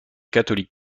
catholique